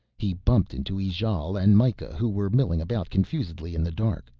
he bumped into ijale and mikah who were milling about confusedly in the dark,